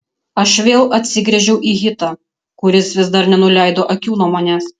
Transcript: aš vėl atsigręžiau į hitą kuris vis dar nenuleido akių nuo manęs